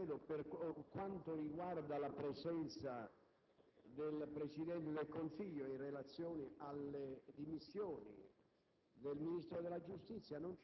Senatore Morselli, per quanto riguarda la presenza del Presidente del Consiglio in relazione alle dimissioni